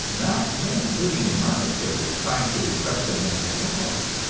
not men living in monasteries, trying to repress their natural impulses,